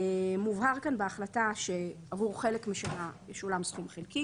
מובהר כאן בהחלטה שעבור חלק משנה ישולם סכום חלקי,